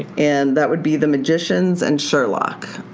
and that would be the magicians and sherlock.